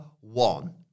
one